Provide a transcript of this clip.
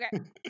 okay